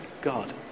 God